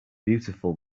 beautiful